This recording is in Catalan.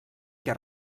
què